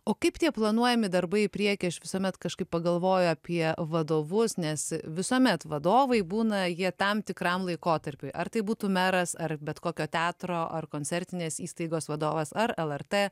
o kaip tie planuojami darbai į priekį aš visuomet kažkaip pagalvoju apie vadovus nes visuomet vadovai būna jie tam tikram laikotarpiui ar tai būtų meras ar bet kokio teatro ar koncertinės įstaigos vadovas ar lrt